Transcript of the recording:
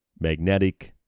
magnetic